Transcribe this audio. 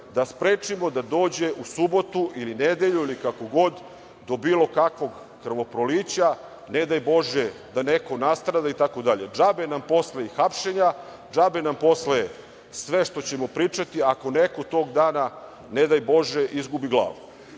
da sprečimo da dođe u subotu ili nedelju ili kako god, do bilo kakvog krvoprolića, ne daj bože da neko nastrada, itd. Džabe nam posle hapšenja, džabe nam posle sve što ćemo pričati, ako neko tog dana, ne daj bože, izgubi glavu. Još